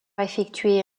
effectué